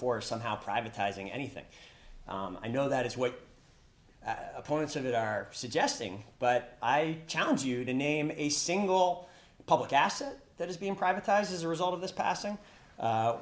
four somehow privatizing anything i know that is what opponents of it are suggesting but i challenge you to name a single public asset that is being privatized as a result of this passing